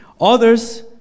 others